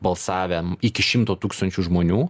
balsavę iki šimto tūkstančių žmonių